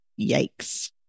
yikes